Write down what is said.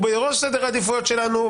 הוא בראש סדר העדיפויות שלנו.